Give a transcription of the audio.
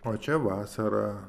o čia vasarą